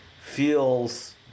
feels